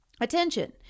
Attention